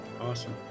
awesome